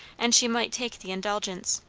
and she might take the indulgence.